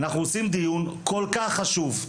אנחנו עושים דיון כל כך חשוב,